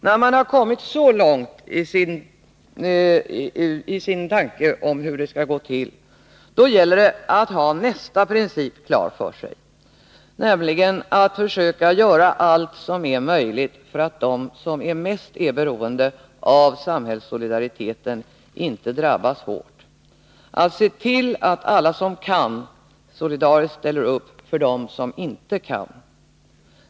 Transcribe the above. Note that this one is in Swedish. När man kommit så långt i sina tankegångar om hur det skall gå till, då gäller det att ha nästa princip klar för sig, nämligen att försöka göra allt som är möjligt för att de som är mest beroende av samhällssolidariteten inte drabbas hårt, att se till att alla som kan solidariskt ställer upp för dem som inte kan.